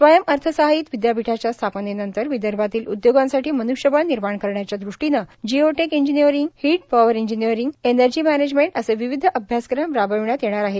स्वयंअर्थसहाय्यित विद्यापीठाच्या स्थापनेनंतर विदर्भातील उद्योगांसाठी मन्ष्यबळ निर्माण करण्याच्या दृष्टीने geo tech engineering heat power engineering energy management असे विविध अभ्यासक्रम राबविण्यात येणार आहेत